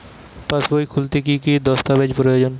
পাসবই খুলতে কি কি দস্তাবেজ প্রয়োজন?